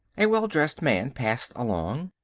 a well-dressed man passed along.